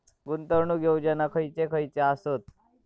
गुंतवणूक योजना खयचे खयचे आसत?